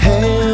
Hey